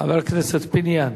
חבר הכנסת פיניאן.